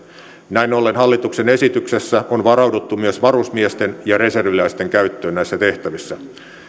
näin ollen hallituksen esityksessä on varauduttu myös varusmiesten ja reserviläisten käyttöön näissä tehtävissä